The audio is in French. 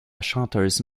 chanteuse